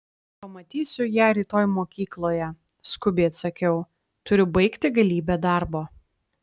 pamatysiu ją rytoj mokykloje skubiai atsakiau turiu baigti galybę darbo